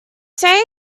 say